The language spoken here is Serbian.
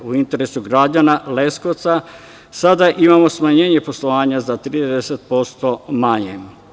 U interesu građana Leskovca sada imamo smanjenje poslovanja za 30% manje.